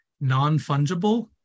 non-fungible